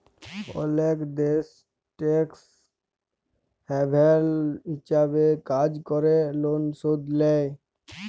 অলেক দ্যাশ tax haven হিছাবে কাজ ক্যরে লন শুধ লেই